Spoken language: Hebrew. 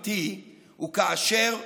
אמיתי הוא כאשר כולם,